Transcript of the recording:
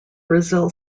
brazil